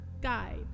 guide